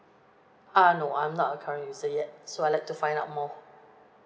uh no I'm not a current user yet so I'd like to find out more